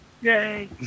Yay